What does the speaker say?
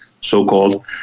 so-called